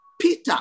Peter